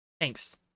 Thanks